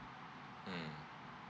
mm